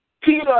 Peter